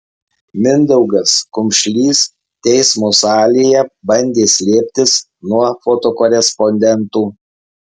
mindaugas kumšlys teismo salėje bandė slėptis nuo fotokorespondentų